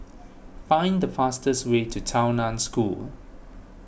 find the fastest way to Tao Nan School